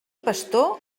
pastor